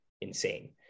insane